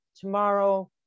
tomorrow